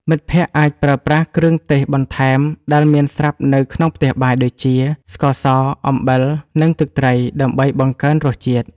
មិត្តភក្តិអាចប្រើប្រាស់គ្រឿងទេសបន្ថែមដែលមានស្រាប់នៅក្នុងផ្ទះបាយដូចជា ស្ករស អំបិល និងទឹកត្រី ដើម្បីបង្កើនរសជាតិ។